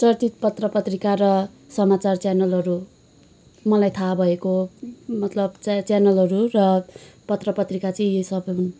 चर्चित पत्र पत्रिका र समाचार च्यानलहरू मलाई थाहा भएको मतलब च्या च्यानलहरू र पत्र पत्रिका चाहिँ यी सबै हुन्